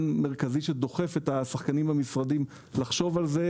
מרכזי שדוחף את השחקנים במשרדים לחשוב על זה,